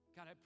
God